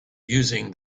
using